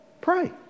Pray